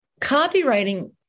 copywriting